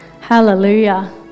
Hallelujah